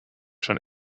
schon